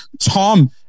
Tom